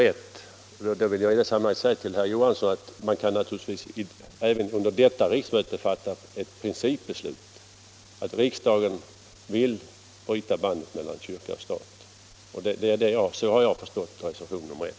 I det sammanhanget vill jag säga till herr Johansson i Trollhättan att man naturligtvis redan under detta riksmöte kan fatta ett principbeslut — att riksdagen vill bryta bandet mellan kyrka och stat. Så har jag förstått reservationen 1.